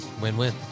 Win-win